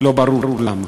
לא ברור למה.